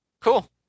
Cool